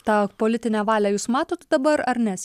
tą politinę valią jūs matot dabar ar ne